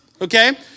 Okay